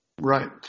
Right